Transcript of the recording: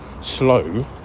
Slow